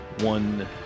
one